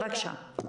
בבקשה.